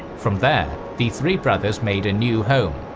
from there, the three brothers made a new home,